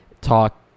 talk